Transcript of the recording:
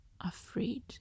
afraid